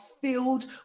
filled